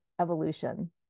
evolution